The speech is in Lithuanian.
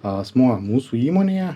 asmuo mūsų įmonėje